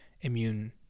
immune